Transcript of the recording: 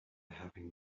having